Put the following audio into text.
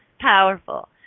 powerful